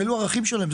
אלו הערכים שלהם,